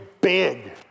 big